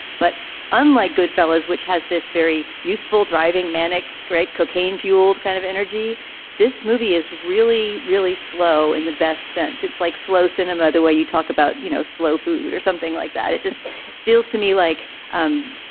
but unlike goodfellas which has this very youthful driving manic great cocaine fueled kind of energy this movie is really really slow in the best sense it's like slow cinema the way you talk about you know slow food or something like that it just feels to me like um